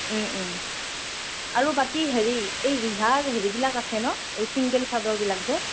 আৰু বাকী হেৰি এই ৰিহাৰ হেৰিবিলাক আছে ন এই চিংগল চাদৰবিলাক যে